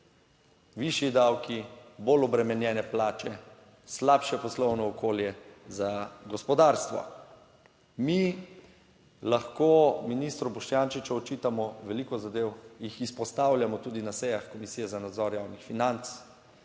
višji davki, bolj obremenjene plače, slabše poslovno okolje za gospodarstvo. Mi lahko ministru Boštjančiču očitamo veliko zadev, jih izpostavljamo tudi na sejah Komisije za nadzor javnih financ.